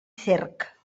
cerc